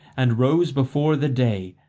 and rose before the day,